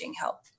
help